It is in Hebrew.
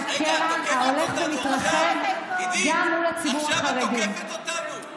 אני מודאגת מאוד מהקרע ההולך ומתרחב גם מול הציבור החרדי,